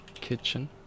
Kitchen